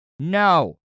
No